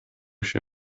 się